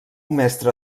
mestre